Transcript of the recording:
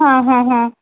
हां हां हां